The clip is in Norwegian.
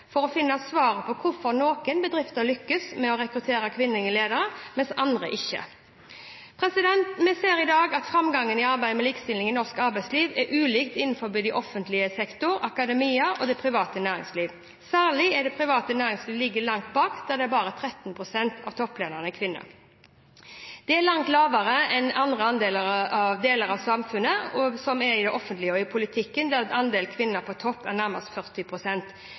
for å finne svaret på hvorfor noen bedrifter lykkes med å rekruttere kvinnelige ledere, mens andre ikke gjør det. Vi ser i dag at framgangen i arbeidet med likestilling i norsk arbeidsliv er ulik innenfor offentlig sektor, akademia og det private næringsliv. Særlig det private næringsliv ligger langt bak, der bare 13 pst. av topplederne er kvinner. Dette er langt lavere enn i andre deler av samfunnet, som i det offentlige og i politikken, der andelen kvinner på toppen er